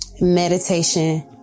meditation